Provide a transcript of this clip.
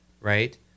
right